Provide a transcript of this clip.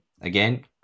Again